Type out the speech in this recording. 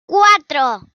cuatro